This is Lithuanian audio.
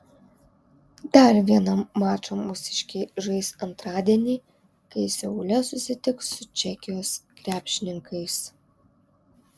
dar vieną mačą mūsiškiai žais antradienį kai seule susitiks su čekijos krepšininkais